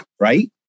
right